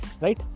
right